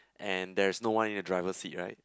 and there is no one in the driver seat right